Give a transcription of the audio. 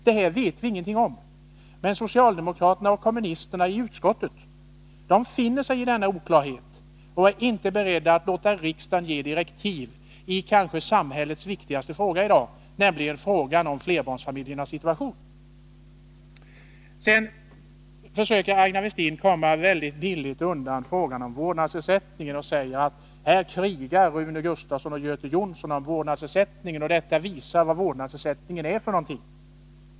Det här vet vi ingenting om, men socialdemokraterna och kommunisterna i utskottet finner sig i denna oklarhet och är inte beredda att låta riksdagen ge direktiv i samhällets kanske viktigaste fråga i dag, nämligen frågan om flerbarnsfamiljernas situation. Aina Westin försöker komma mycket billigt undan frågan om vårdnadsersättning, när hon säger: Här krigar Rune Gustavsson och Göte Jonsson om vårdnadsersättningen — det visar vad den är för någonting.